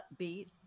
upbeat